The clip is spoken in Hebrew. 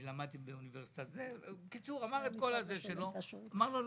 והאדם אמר לו: "לא,